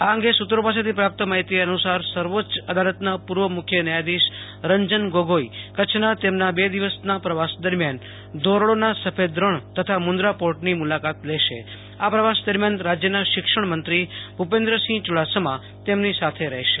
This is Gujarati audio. આ અંગે સુત્રી પાસેથી પાર્પ્ત માહિતી અનુસાર સર્વોચ આદાલતનાં પૂર્વ ન્યાયાધીશ રંજન ગોગોઈ કરછના તેમના બે દિવસનાં પ્રવાસ દરમિયાન ધોરડો રણ તથા મુન્દ્રા પોર્ટની મુલાંકાતે લેશે આ પ્રવાસ દરમિયાન શિક્ષણમંત્રી ભુપેન્દ્રસિંહ યુડાસમા તેમની સાંથે રહેશે